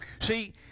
See